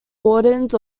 wardens